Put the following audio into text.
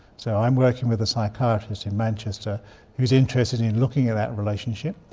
so i'm working with a psychiatrist in manchester who is interested in looking at that relationship.